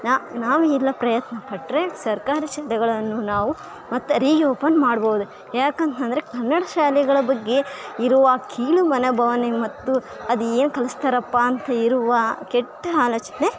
ನ ನಾವು ಎಲ್ಲ ಪ್ರಯತ್ನ ಪಟ್ಟರೆ ಸರ್ಕಾರಿ ಶಾಲೆಗಳನ್ನು ನಾವು ಮತ್ತು ರೀ ಓಪನ್ ಮಾಡ್ಬೋದು ಯಾಕೆ ಅಂತಂದರೆ ಕನ್ನಡ ಶಾಲೆಗಳ ಬಗ್ಗೆ ಇರುವ ಕೀಳು ಮನೊಭಾವನೆ ಮತ್ತು ಅದು ಏನು ಕಲ್ಸ್ತಾರಪ್ಪ ಅಂತ ಇರುವ ಕೆಟ್ಟ ಆಲೋಚನೆ